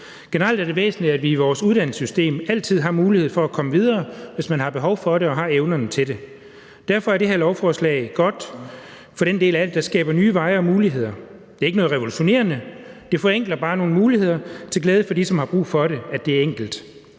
Generelt er det væsentligt, at vi i vores uddannelsessystem altid har mulighed for at komme videre, hvis man har behov for det og har evnerne til det. Derfor er den del af det her lovforslag, der skaber nye veje og muligheder, god. Det er ikke noget revolutionerende, men det forenkler bare nogle muligheder til glæde for dem, som har brug for, at det er enkelt.